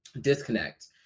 disconnect